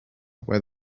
where